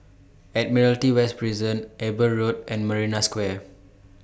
Admiralty West Prison Eber Road and Marina Square